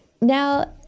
Now